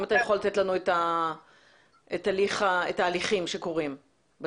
אם אתה יכול לתת לנו את התהליכים שקורים בשטח?